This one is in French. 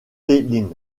tallinn